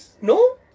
No